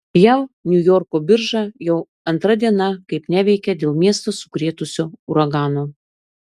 jav niujorko birža jau antra diena kaip neveikia dėl miestą sukrėtusio uragano